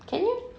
can you